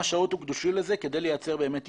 שעות הוקדשו לזה כדי לייצר באמת איזון,